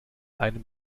einem